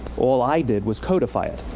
all i did was codify it,